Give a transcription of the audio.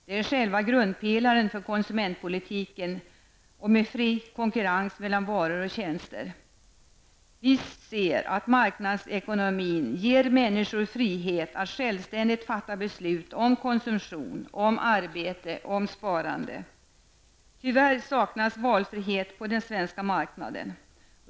Det är själva grundpelaren för konsumentpolitiken och med fri konkurrens mellan varor och tjänster. Marknadsekonomin ger människor frihet att självständigt fatta beslut om konsumtion, om arbete och om sparande. Tyvärr saknas valfrihet på den svenska marknaden.